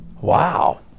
Wow